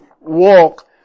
walk